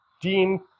Dean